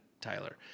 Tyler